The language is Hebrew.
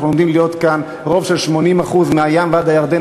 עומדים להיות כאן רוב של 80% מהים ועד הירדן,